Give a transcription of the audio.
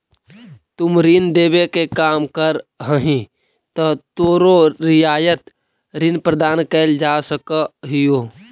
तुम ऋण देवे के काम करऽ हहीं त तोरो रियायत ऋण प्रदान कैल जा सकऽ हओ